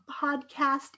Podcast